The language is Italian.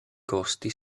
costi